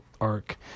arc